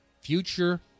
future